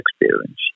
experience